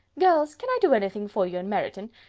girls, can i do anything for you in meryton?